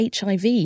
HIV